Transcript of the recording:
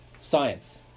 science